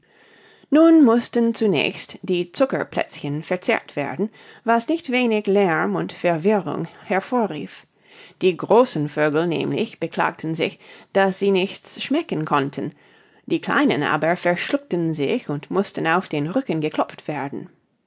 nun mußten zunächst die zuckerplätzchen verzehrt werden was nicht wenig lärm und verwirrung hervorrief die großen vögel nämlich beklagten sich daß sie nichts schmecken konnten die kleinen aber verschluckten sich und mußten auf den rücken geklopft werden